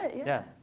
yeah.